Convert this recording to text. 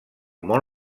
món